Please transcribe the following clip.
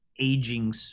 aging